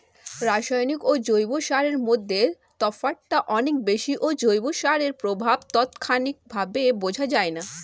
রাসায়নিক ও জৈব সারের মধ্যে তফাৎটা অনেক বেশি ও জৈব সারের প্রভাব তাৎক্ষণিকভাবে বোঝা যায়না